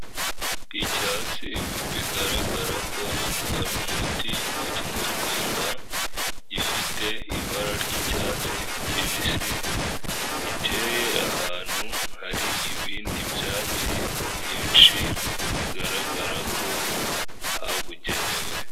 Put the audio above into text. Icyatsi bigaragara ko ari umuti wa kinyarwanda, gifite ibara ry'icyatsi kibisi, giteye ahantu hari ibindi byatsi byinshi bigaragara ko habugenewe.